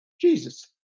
Jesus